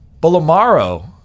bolomaro